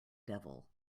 devil